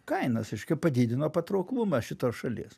kainas reiškia padidino patrauklumą šitos šalies